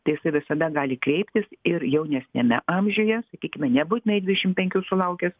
tai jisai visada gali kreiptis ir jaunesniame amžiuje sakykime nebūtinai dvidešim penkių sulaukęs